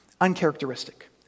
uncharacteristic